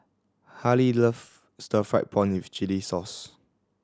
Halie love stir fried prawn with chili sauce